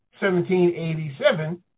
1787